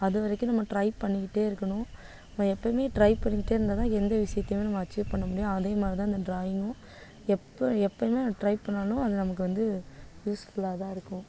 அது வரைக்கும் நம்ம ட்ரை பண்ணிக்கிட்டே இருக்கணும் நம்ம எப்பயுமே ட்ரை பண்ணிக்கிட்டே இருந்தால் தான் எந்த விஷயத்தையுமே நம்ம அச்சீவ் பண்ண முடியும் அதே மாதிரி தான் இந்த டிராயிங்கும் எப்போ எப்போனா ட்ரை பண்ணாலும் அது நமக்கு வந்து யூஸ்ஃபுல்லாக தான் இருக்கும்